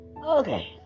Okay